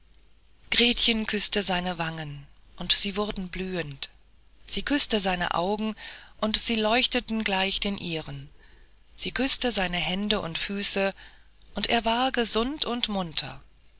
gretchen küßte seine wangen und sie wurden blühend sie küßte seine augen und sie leuchteten gleich den ihren sie küßte seine hände und füße und er war gesund und munter